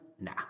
Nah